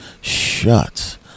shut